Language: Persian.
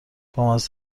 بامزه